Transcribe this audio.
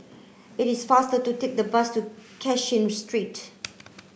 it is faster to take the bus to Cashin Street